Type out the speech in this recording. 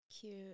Cute